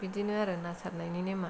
बिदिनो आरो ना सारनायनि नेमा